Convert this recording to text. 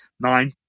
nine